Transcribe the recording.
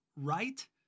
right